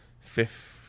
fifth